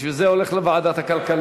בשביל זה זה הולך לוועדת הכלכלה,